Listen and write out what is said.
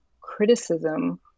criticism